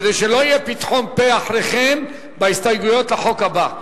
כדי שלא יהיה פתחון פה אחרי כן בהסתייגויות לחוק הבא.